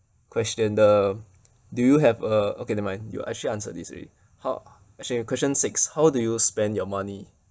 question the do you have uh okay never mind you actually answered this already ho~ question question six how do you spend your money